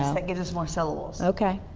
ah that gives it more syllables. okay.